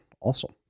Awesome